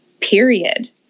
Period